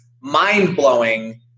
mind-blowing